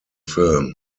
film